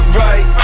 right